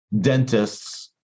dentists